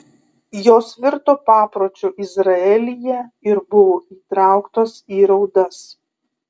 jos virto papročiu izraelyje ir buvo įtrauktos į raudas